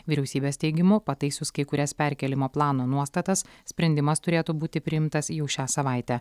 vyriausybės teigimu pataisius kai kurias perkėlimo plano nuostatas sprendimas turėtų būti priimtas jau šią savaitę